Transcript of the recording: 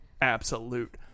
absolute